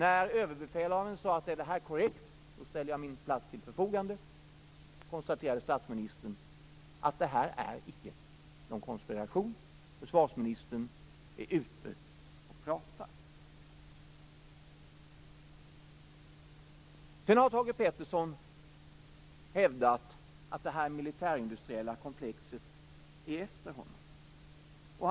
När Överbefälhavaren sade att han skulle ställa sin plats till förfogande om det här var korrekt, konstaterade statsministern att detta icke vara någon konspiration. Försvarsministern var ute och pratade. Sedan har Thage Peterson hävdat att detta militärindustriella komplex är efter honom.